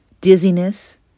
dizziness